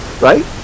right